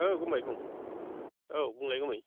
ओ गुमै बुं औ बुंलाय गुमै